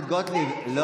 גוטליב,